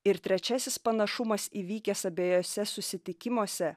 ir trečiasis panašumas įvykęs abiejuose susitikimuose